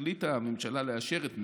החליטה הממשלה לאשר את מינויו,